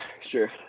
sure